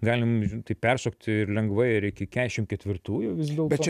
galim taip peršokti ir lengvai ir iki keturiasdešimt ketvirtųjų vis dėlto